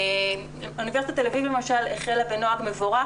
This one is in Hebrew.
אוניברסיטת תל אביב החלה בנוהג מבורך